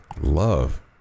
Love